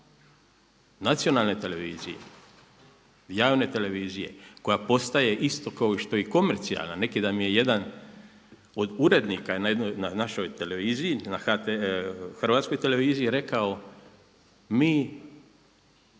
nacionalne televizije, javne televizije koja postaje isto kao što i komercijalna. Neki dan mi je jedan od urednika na jednoj, na našoj televiziji na Hrvatskoj televiziji rekao mi